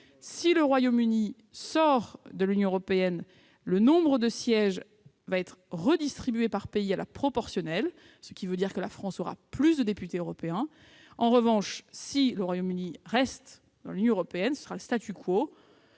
si le Royaume-Uni sort de l'Union européenne, le nombre de sièges sera redistribué par pays de manière proportionnelle- cela signifie donc que la France aura plus de députés européens ; en revanche, si le Royaume-Uni reste dans l'Union européenne, ce sera le.